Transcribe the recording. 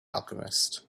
alchemist